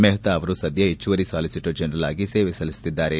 ಮೆಹ್ತಾ ಅವರು ಸದ್ಯ ಹೆಚ್ಚುವರಿ ಸಾಲಿಸಿಟರ್ ಜನರಲ್ ಆಗಿ ಸೇವೆ ಸಲ್ಲಿಸುತ್ತಿದ್ದಾರೆ